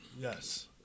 Yes